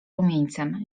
rumieńcem